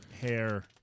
hair